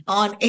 on